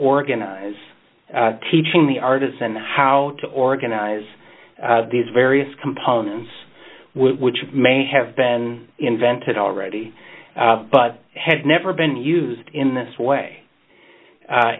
organize teaching the artisan how to organize these various components which may have been invented already but had never been used in this way a